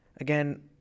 Again